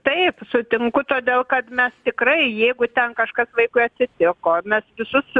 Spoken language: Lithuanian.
taip sutinku todėl kad mes tikrai jeigu ten kažkas vaikui atsitiko mes visus